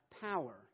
power